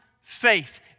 faith